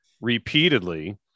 repeatedly